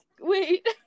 Wait